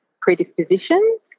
predispositions